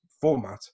format